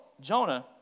Jonah